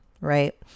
Right